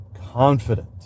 confident